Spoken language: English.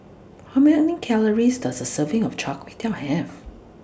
How Many Calories Does A Serving of Char Kway Teow Have